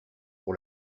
pour